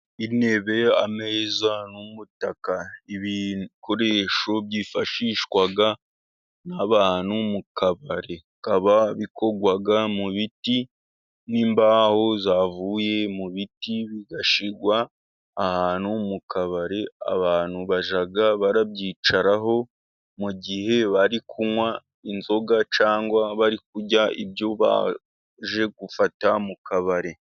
Intebe, ameza n'umutaka ibikoresho byifashishwa n'abantu mu kabari. Bikaba bikorwa mu biti nk'imbaho zavuye mu biti bigashyirwa ahantu mu kabari abantu bajya babyicaraho mu gihe bari kunywa inzoga cyangwa bari kurya ibyo baje gufata mu kabari.